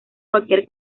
cualquier